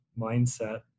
mindset